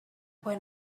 when